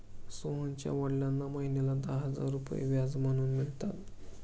सोहनच्या वडिलांना महिन्याला दहा हजार रुपये व्याज म्हणून मिळतात